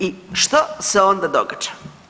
I što se onda događa?